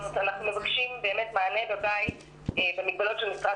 אנחנו מבקשים מענה בבית במגבלות של משרד